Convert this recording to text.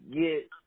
get